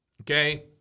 Okay